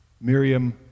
Miriam